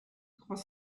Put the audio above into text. trois